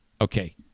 Okay